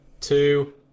two